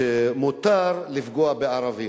שמותר לפגוע בערבים.